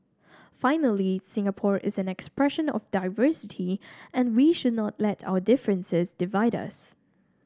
finally Singapore is an expression of diversity and we should not let our differences divide us